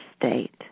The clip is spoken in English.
state